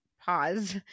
pause